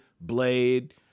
Blade